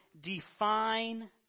define